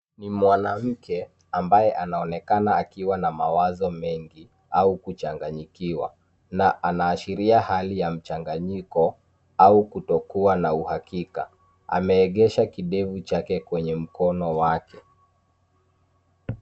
Ni mwanamke ambaye anaonekana akiwa na mawazo mengi au kuchanganyikiwa na anaashiria hali ya mchanganyiko au kutokuwa na uhakika. Ameegesha kidevu chake kwenye mkono wake.